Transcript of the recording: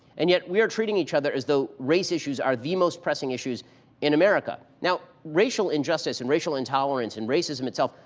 and yet, we are treating each other as though race issues are the most pressing issues in america. racial injustice and racial intolerance and racism itself,